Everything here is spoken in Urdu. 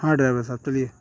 ہاں ڈرائیور صاحب چلیے